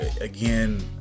again